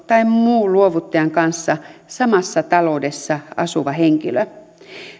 tai muu luovuttajan kanssa samassa taloudessa asuva henkilö